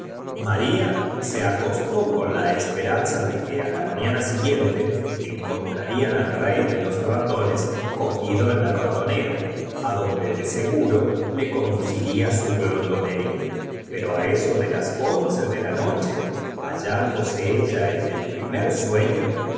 muria se acostó con la esperanza de la herida fuese peligrosa le sacó del ar l vo que á la mañana siguien te encontrarían al mario y se puso á limpiarle con su pañuerey de los rato nes cogido en la ratonera adonde de seguto le conduciría su gloto neria p oro á eso de las once de la noche hallándose ella en el primer sueño